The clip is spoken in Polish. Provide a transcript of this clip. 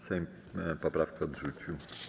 Sejm poprawki odrzucił.